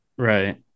right